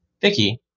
Vicky